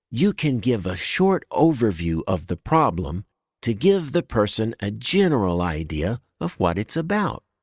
you can give a short overview of the problem to give the person a general idea of what it's about.